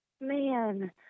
man